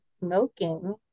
smoking